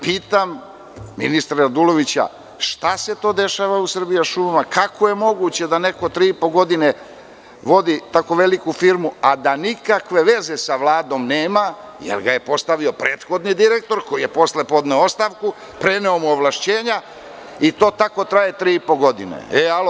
Pitam ministra Radulovića šta se to dešava u „Srbijašumama“ i kako je moguće da neko tri i po godine vodi tako veliku firmu, a da nikakve veze sa Vladom nema jer ga je postavio prethodni direktor koji je posle podneo ostavku, preneo mu ovlašćenja i to tako traje tri i po godine?